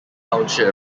township